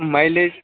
mileage